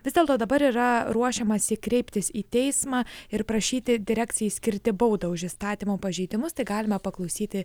vis dėlto dabar yra ruošiamasi kreiptis į teismą ir prašyti direkcijai skirti baudą už įstatymo pažeidimus tai galima paklausyti